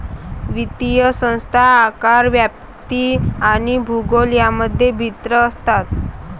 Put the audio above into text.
वित्तीय संस्था आकार, व्याप्ती आणि भूगोल यांमध्ये भिन्न असतात